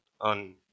on